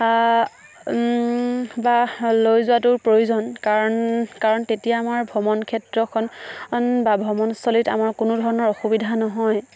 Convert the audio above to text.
বা লৈ যোৱাটো প্ৰয়োজন কাৰণ কাৰণ তেতিয়া আমাৰ ভ্ৰমণ ক্ষেত্ৰখন বা ভ্ৰমণস্থলীত আমাৰ কোনো ধৰণৰ অসুবিধা নহয়